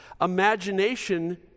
imagination